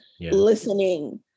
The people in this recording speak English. listening